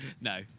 No